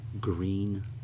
green